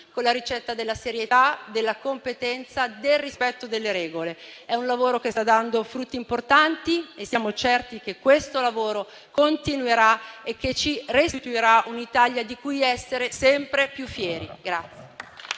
con la ricetta della serietà, della competenza e del rispetto delle regole. È un lavoro che sta dando frutti importanti e siamo certi che questo lavoro continuerà e ci restituirà un'Italia di cui essere sempre più fieri.